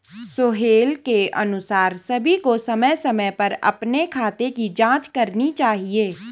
सोहेल के अनुसार सभी को समय समय पर अपने खाते की जांच करनी चाहिए